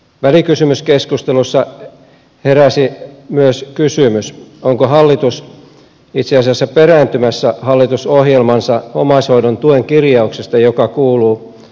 välikysymyskeskustelussa heräsi myös kysymys onko hallitus itse asiassa perääntymässä hallitusohjelmansa omaishoidon tuen kirjauksesta joka kuuluu seuraavasti